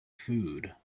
food